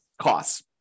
costs